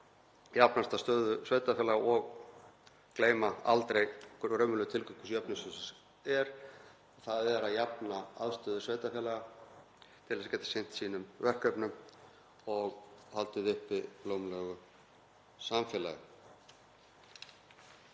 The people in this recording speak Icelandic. jafnasta stöðu sveitarfélaga og gleyma aldrei hver raunverulegur tilgangur jöfnunarsjóðsins er: Að jafna aðstöðu sveitarfélaga til þess að geta sinnt sínum verkefnum og haldið uppi blómlegu samfélagi.